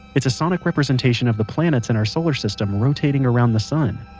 it's a sonic representation of the planets in our solar system rotating around the sun.